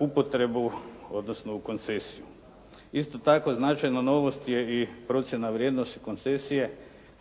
u upotrebu, odnosno u koncesiju. Isto tako značajna novost je i procjena vrijednosti koncesije